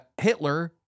Hitler—